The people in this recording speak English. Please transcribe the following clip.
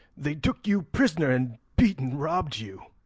they took you prisoner, and beat and robbed you?